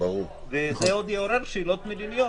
וזה עוד יעורר שאלות מדיניות,